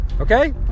Okay